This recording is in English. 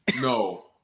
No